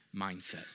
mindset